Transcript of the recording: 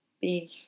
big